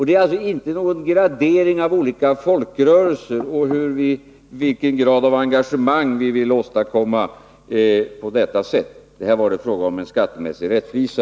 Det är alltså inte någon gradering av olika folkrörelser eller fråga om vilken grad av engagemang vi vill åstadkomma. Här var det fråga om att det behövde skapas en skattemässig rättvisa.